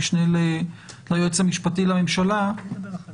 המשנה ליועץ המשפטי לממשלה -- אני אדבר אחרי זה.